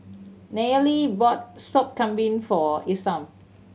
Nayely bought Sop Kambing for Isam